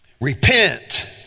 Repent